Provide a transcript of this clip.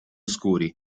scuri